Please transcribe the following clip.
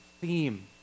theme